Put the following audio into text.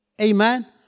amen